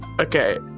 Okay